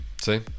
see